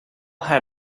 had